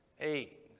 eight